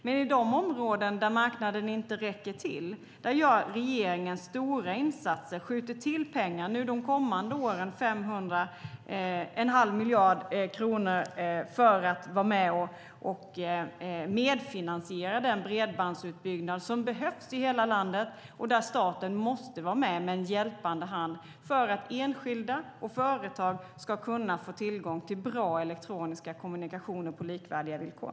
Men i de områden där marknaden inte räcker till gör regeringen stora insatser och skjuter till pengar. De kommande åren handlar det om en halv miljard kronor för att vara med och medfinansiera den bredbandsutbyggnad som behövs i hela landet. Där måste staten vara med och ge en hjälpande hand för att enskilda och företag ska kunna få tillgång till bra elektroniska kommunikationer på likvärdiga villkor.